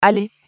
Allez